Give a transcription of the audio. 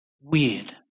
weird